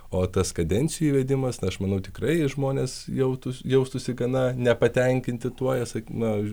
o tas kadencijų įvedimas aš manau tikrai žmonės jautūs jaustųsi gana nepatenkinti tuo esą na